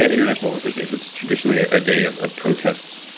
ah international workers day. so it's traditionally a day of of protests.